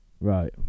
Right